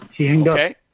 Okay